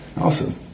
Awesome